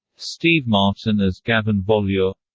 steve martin as gavin volure